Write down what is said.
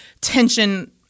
tension –